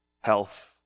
health